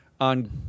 On